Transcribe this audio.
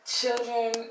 Children